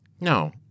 No